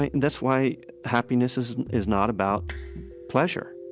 and that's why happiness is and is not about pleasure